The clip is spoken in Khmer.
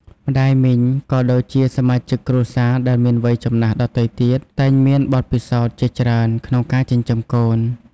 ម្ដាយមីង ក៏ដូចជាសមាជិកគ្រួសារដែលមានវ័យចំណាស់ដទៃទៀត តែងមានបទពិសោធន៍ជាច្រើនក្នុងការចិញ្ចឹមកូន។